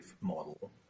model